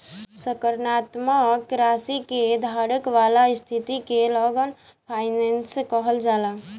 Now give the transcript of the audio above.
सकारात्मक राशि के धारक वाला स्थिति के लॉन्ग फाइनेंस कहल जाला